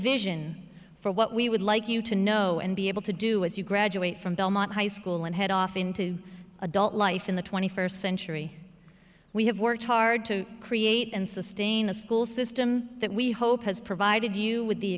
vision for what we would like you to know and be able to do as you graduate from belmont high school and head off into adult life in the twenty first century we have worked hard to create and sustain a school system that we hope has provided you with the